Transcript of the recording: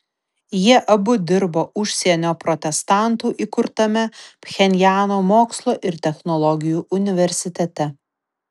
jie abu dirbo užsienio protestantų įkurtame pchenjano mokslo ir technologijų universitete